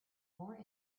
more